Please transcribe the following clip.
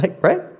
right